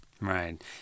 Right